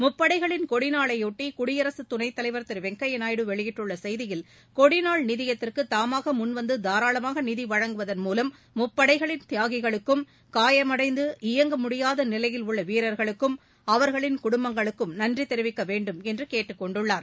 முப்படைகளின் கொடிநாளையொட்டி குடியரசு துணைத்தலைவர் திரு வெங்கையா நாயிடு வெளியிட்டுள்ள செய்தியில் கொடிநாள் நிதியத்திற்கு தாமாக முன்வந்து தாராளமாக நிதி வழங்குவதன் மூலம் முப்படைகளின் தியாகிகளுக்கும் காயமடைந்து இயங்க முடியாத நிவையில் உள்ள வீரர்களுக்கம் அவர்களின் குடும்பங்களுக்கும் நன்றி தெரிவிக்க வேண்டுமென்று கேட்டுக் கொண்டுள்ளார்